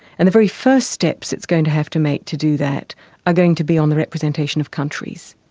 and the very first steps it's going to have to make to do that are going to be on the representation of countries.